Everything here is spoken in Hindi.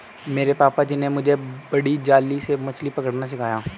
मेरे पापा जी ने मुझे बड़ी जाली से मछली पकड़ना सिखाया